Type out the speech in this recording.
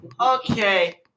Okay